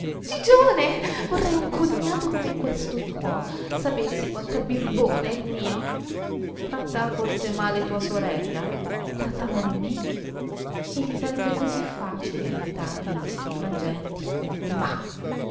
gigione vorrei un cognato come questo tuo sapessi quant'è birbone il mio tratta forse male tua sorella tratta male me e gli sarebbe così facile ajutarmi in questi frangenti ma